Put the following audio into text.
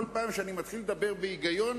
כל פעם שאני מתחיל לדבר בהיגיון,